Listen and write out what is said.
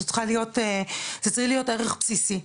זה צריך להיות ערך בסיסי.